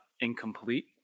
incomplete